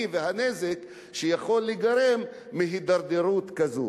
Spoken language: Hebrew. ועל הנזק שעלול להיגרם מהידרדרות כזאת.